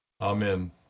Amen